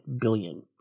billion